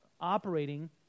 operating